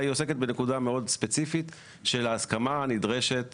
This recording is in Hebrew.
היא עוסקת רק בנקודה הספציפית של ההסכמה הנדרשת